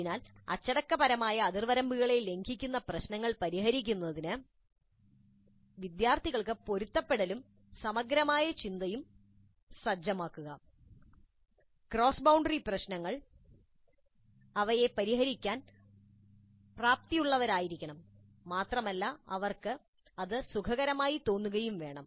അതിനാൽ വിജ്ഞാനശാഖാപരമായ അതിർവരമ്പുകളെ ലംഘിക്കുന്ന പ്രശ്നങ്ങൾ പരിഹരിക്കുന്നതിന് വിദ്യാർത്ഥികൾക്ക് പൊരുത്തപ്പെടലും സമഗ്രമായ ചിന്തയും സജ്ജമാക്കുക ക്രോസ് ബൌണ്ടറി പ്രശ്നങ്ങൾ അവ പരിഹരിക്കാൻ പ്രാപ്തിയുള്ളവരായിരിക്കണം മാത്രമല്ല അവർക്ക് അത് സുഖകരമായി തോന്നുകയും വേണം